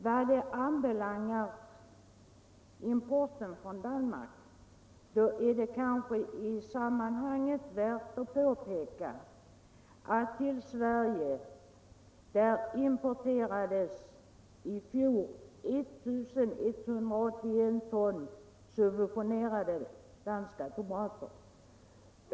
Vad beträffar importen från Danmark är det kanske i sammanhanget värt att påpeka att Sverige i fjol importerade 1 181 ton subventionerade danska tomater.